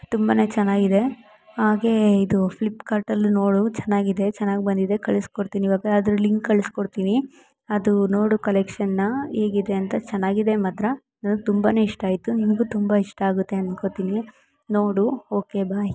ತುಂಬ ಚೆನ್ನಾಗಿದೆ ಹಾಗೇ ಇದು ಫ್ಲಿಪ್ಕಾರ್ಟಲ್ಲು ನೋಡು ಚೆನ್ನಾಗಿದೆ ಚೆನ್ನಾಗಿ ಬಂದಿದೆ ಕಳಿಸ್ಕೊಡ್ತಿನಿ ಇವಾಗ ಅದರ ಲಿಂಕ್ ಕಳಿಸ್ಕೊಡ್ತೀನಿ ಅದು ನೋಡು ಕಲೆಕ್ಷನ್ನಾ ಹೇಗಿದೆ ಅಂತ ಚೆನ್ನಾಗಿದೆ ಮಾತ್ರ ನನಗೆ ತುಂಬ ಇಷ್ಟ ಆಯಿತು ನಿನಗು ತುಂಬ ಇಷ್ಟ ಆಗುತ್ತೆ ಅಂದ್ಕೊತಿನಿ ನೋಡು ಓಕೆ ಬಾಯ್